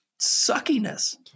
suckiness